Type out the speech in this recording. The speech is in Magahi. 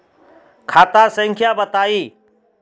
खाता संख्या बताई?